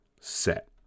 set